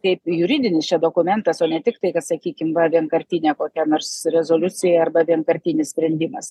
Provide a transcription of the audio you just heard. kaip juridinis čia dokumentas o ne tiktai kad sakykim va vienkartinė kokia nors rezoliucija arba vienkartinis sprendimas